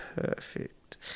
perfect